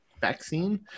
vaccine